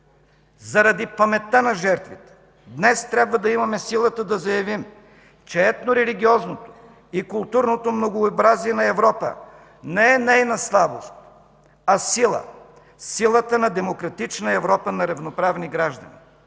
заради паметта на жертвите днес трябва да имаме силата да заявим, че етнорелигиозното и културното многообразие на Европа не е нейна слабост, а сила – силата на демократична Европа на равноправни граждани!